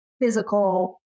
physical